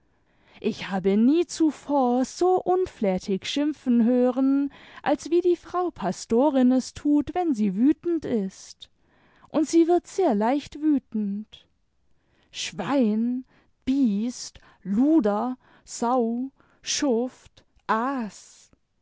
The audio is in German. ich habe nie zuvor so imflätig schimpfen hören als wie die frau pastorin es tut wenn sie wütend ist und sie wird sehr leicht wütend schwein biest luder sau schuft aas